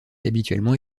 habituellement